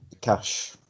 Cash